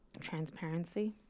Transparency